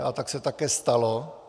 A tak se také stalo.